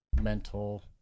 mental